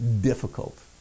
difficult